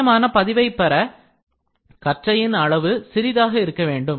துல்லியமான பதிவைப் பெற கற்றலின் அளவு சிறிதாக இருக்க வேண்டும்